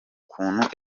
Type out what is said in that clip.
kuntu